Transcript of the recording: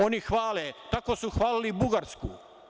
Oni hvale, tako su hvalili Bugarsku.